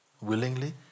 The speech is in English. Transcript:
willingly